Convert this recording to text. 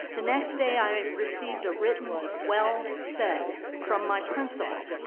the next day i received a written well said from my principal,